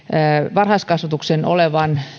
varhaiskasvatuksen olevan